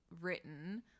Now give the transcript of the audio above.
written